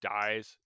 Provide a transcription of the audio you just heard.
dies